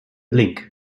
link